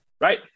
Right